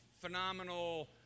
phenomenal